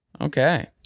okay